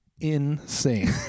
insane